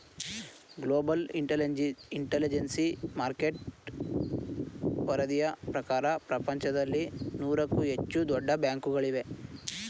global intelligence market ವರದಿಯ ಪ್ರಕಾರ ಪ್ರಪಂಚದಲ್ಲಿ ನೂರಕ್ಕೂ ಹೆಚ್ಚು ದೊಡ್ಡ ಬ್ಯಾಂಕುಗಳಿವೆ